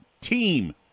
team